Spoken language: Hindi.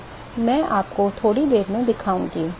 तो मैं आपको थोड़ी देर में दिखाऊंगा